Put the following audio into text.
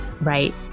right